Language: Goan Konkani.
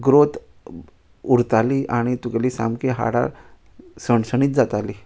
ग्रोत उरताली आनी तुगेलीं सामकी हाडां सणसणीत जातालीं